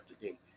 today